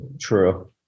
True